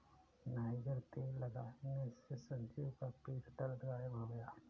niger तेल लगाने से संजीव का पीठ दर्द गायब हो गया